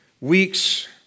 weeks